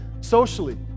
socially